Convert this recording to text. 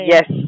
Yes